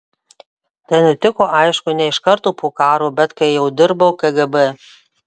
tai nutiko aišku ne iš karto po karo bet kai jau dirbau kgb